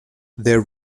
their